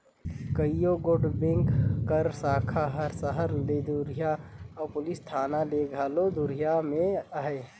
कइयो गोट बेंक कर साखा हर सहर ले दुरिहां अउ पुलिस थाना ले घलो दुरिहां में अहे